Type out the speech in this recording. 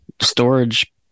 storage